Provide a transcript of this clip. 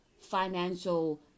financial